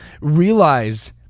realize